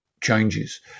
changes